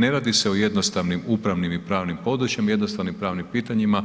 Ne radi se o jednostavnim upravnim i pravnim područjem, jednostavnim pravnim pitanjima,